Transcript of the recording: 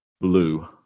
Blue